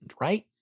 right